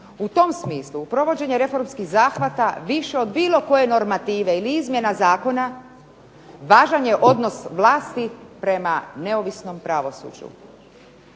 U tom smislu provođenje reformskih zahvata više od bilo koje normative ili izmjene zakona važan je odnos vlasti prema neovisnom pravosuđu.